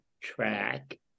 track